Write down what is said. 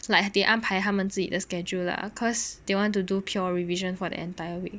like they 安排他们自己的 schedule lah cause they want to do pure revision for the entire week